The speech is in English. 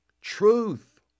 truth